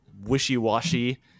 wishy-washy